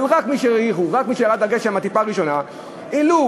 אבל משהריחו, רק